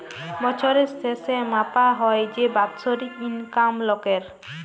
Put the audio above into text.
বছরের শেসে মাপা হ্যয় যে বাৎসরিক ইলকাম লকের